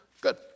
Good